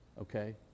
okay